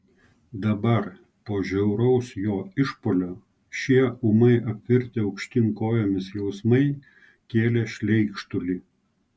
dabar po žiauraus jo išpuolio šie ūmai apvirtę aukštyn kojomis jausmai kėlė šleikštulį